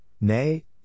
nay